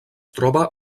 troba